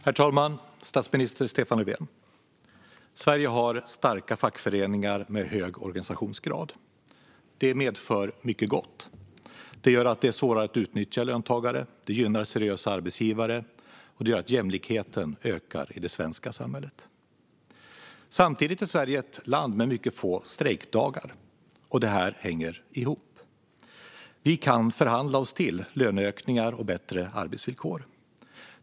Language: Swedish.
Herr talman! Statsminister Stefan Löfven! Sverige har starka fackföreningar med hög organisationsgrad. Det medför mycket gott. Det gör att det är svårare att utnyttja löntagare, det gynnar seriösa arbetsgivare och det gör att jämlikheten ökar i det svenska samhället. Samtidigt är Sverige ett land med mycket få strejkdagar. Och det här hänger ihop. Vi kan förhandla oss till löneökningar och bättre arbetsvillkor.